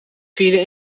vielen